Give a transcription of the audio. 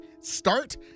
start